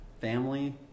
family